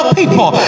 people